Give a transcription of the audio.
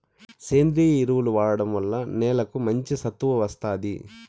సేంద్రీయ ఎరువులను వాడటం వల్ల నేలకు మంచి సత్తువ వస్తాది